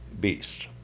Beasts